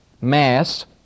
mass